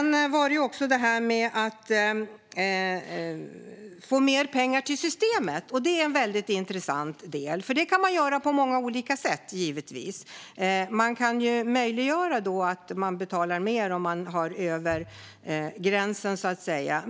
När det gäller mer pengar till systemet är det en intressant del, för det kan man givetvis göra på många olika sätt. Man kan möjliggöra för att betala mer om man har över gränsen, så att säga.